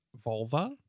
vulva